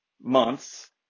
months